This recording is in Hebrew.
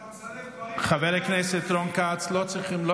אתה מסלף דברים, חבר הכנסת רון כץ.